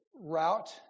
route